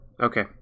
Okay